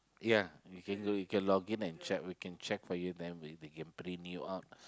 ya you can go you can login and check we can check for you then we they can print new out